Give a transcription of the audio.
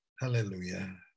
Hallelujah